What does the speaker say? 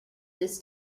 this